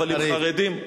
אבל עם חרדים,